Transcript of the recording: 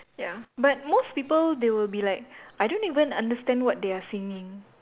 ya but most people they will be like I don't even understand what they are singing